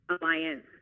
Alliance